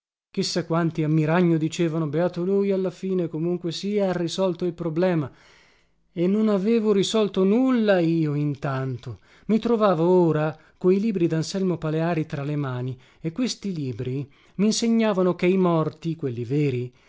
sa quanti a miragno dicevano beato lui alla fine comunque sia ha risolto il problema e non avevo risolto nulla io intanto i trovavo ora coi libri danselmo paleari tra le mani e questi libri minsegnavano che i morti quelli veri